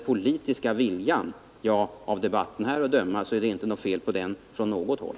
Av debatten här att döma är det inte fel på den politiska viljan på något håll.